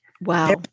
Wow